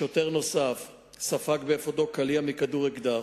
שוטר נוסף ספג באפודו קליע מכדור אקדח,